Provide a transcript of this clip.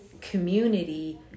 community